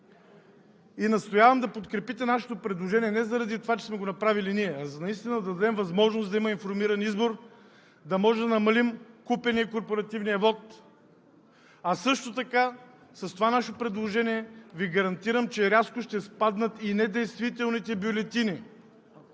Настоявам да подкрепите нашето предложение не заради това, че сме го направили ние, а наистина да дадем възможност да има информиран избор, да може да намалим купения и корпоративния вот. Също така с това наше предложение Ви гарантирам, че рязко ще спаднат и недействителните бюлетини.